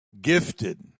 gifted